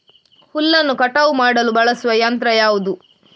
ಹುಲ್ಲನ್ನು ಕಟಾವು ಮಾಡಲು ಬಳಸುವ ಯಂತ್ರ ಯಾವುದು?